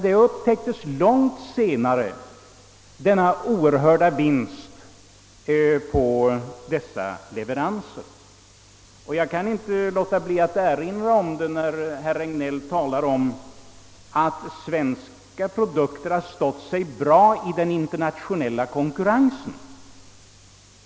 Den oerhörda vinsten på dessa leveranser upptäcktes långt senare, Jag kan inte låta bli att erinra om den saken när herr Regnéll talar om att svenska produkter har stått sig bra i den internationella konkurrensen.